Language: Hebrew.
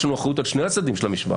יש לנו אחריות על שני הצדדים של המשוואה.